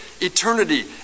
eternity